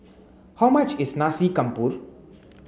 how much is Nasi Campur